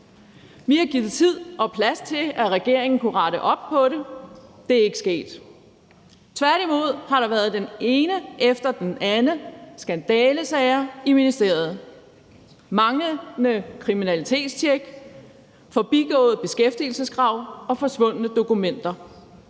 Vi har givet tid og plads til, at regeringen kunne rette op på det, men det er ikke sket. Tværtimod har der været den ene efter den anden skandalesag i ministeriet: Manglende kriminalitetstjek, forbigået beskæftigelseskrav og forsvundne dokumenter.